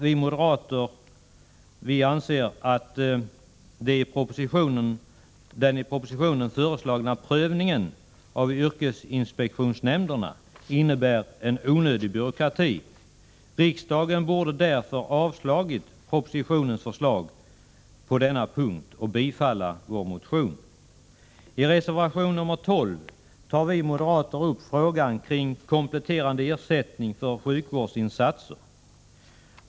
Vi moderater anser där att den i propositionen föreslagna prövningen av yrkesinspektionsnämnderna innebär en onödig byråkrati. Riksdagen bör därför avslå propositionens förslag på denna punkt och bifalla motionen. I reservation 12 tar vi moderater upp frågan om kompletterande ersättning för sjukvårdsinsatser.